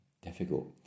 difficult